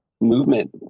movement